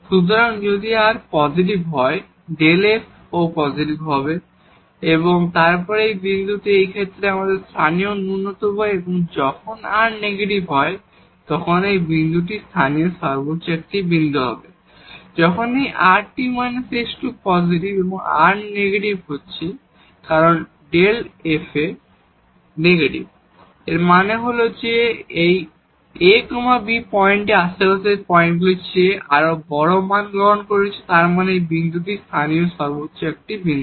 সুতরাং যদি r positive হয় Δ f ও পজিটিভ হয় এবং তারপর আমাদের এই বিন্দুটি এই ক্ষেত্রে একটি লোকাল মিনিমা এবং যখন r নেগেটিভ হয় তখন এই বিন্দুটি লোকাল ম্যাক্সিমা একটি বিন্দু হবে যখন এই rt − s2 পজিটিভ এবং r নেগেটিভ কারণ হচ্ছে এই Δ f এ নেগেটিভ মানে হল যে এই a b পয়েন্টটি আশেপাশের পয়েন্টগুলির চেয়ে আরও বড় মান গ্রহণ করছে তার মানে এই বিন্দুটি লোকাল ম্যাক্সিমা একটি বিন্দু